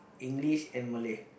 English and Malay